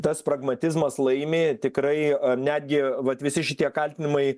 tas pragmatizmas laimi tikrai netgi vat visi šitie kaltinimai